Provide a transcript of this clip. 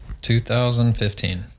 2015